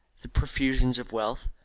the profusion of wealth,